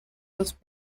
was